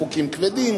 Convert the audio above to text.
חוקים כבדים,